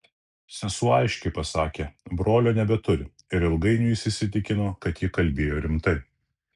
sesuo aiškiai pasakė brolio nebeturi ir ilgainiui jis įsitikino kad ji kalbėjo rimtai